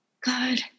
God